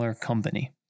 company